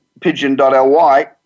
pigeon.ly